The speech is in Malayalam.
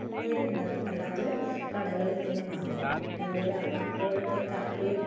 ഉന്നവരുണ്ടാക്കും അല്ലാത്തവർ കടകളിൽ നിന്നും വാങ്ങും പിന്നെ അതുപോലെ അ അപ്പോഴൊക്കെ കപ്പയും